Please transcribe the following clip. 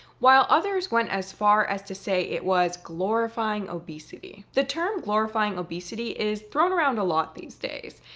while others went as far as to say it was glorifying obesity. the term glorifying obesity is thrown around a lot these days,